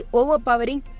overpowering